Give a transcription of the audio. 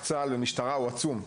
צה״ל והשב״כ הוא עצום.